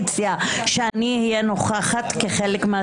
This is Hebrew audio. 9 נמנעים,